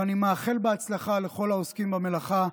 ואני מאחל הצלחה לכל העוסקים במלאכה.